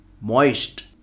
moist